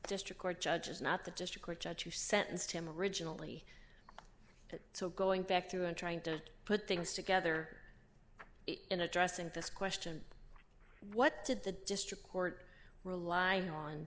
district court judge it's not the district court judge who sentenced him originally so going back to and trying to put things together in addressing this question what did the district court rely